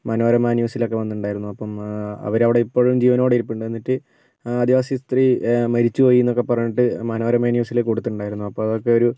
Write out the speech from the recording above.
മനോരമ ന്യൂസിലൊക്ക വന്നിട്ടുണ്ടായിരുന്നു അപ്പം അവരവിടെ ഇപ്പോഴും ജീവനോടെ ഇരിപ്പുണ്ട് എന്നിട്ട് ആദിവാസി സ്ത്രീ മരിച്ചു പോയി എന്നൊക്കെ പറഞ്ഞിട്ട് മനോരമ ന്യൂസിൽ കൊടുത്തിട്ടുണ്ടായിരുന്നു അപ്പോൾ അതൊക്കെ ഒരു